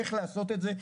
איך לעשות את זה.